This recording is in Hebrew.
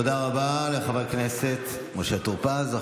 תודה רבה לחבר הכנסת משה טור פז.